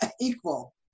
equal